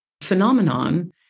phenomenon